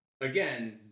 again